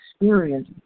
experience